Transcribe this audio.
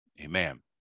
amen